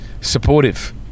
supportive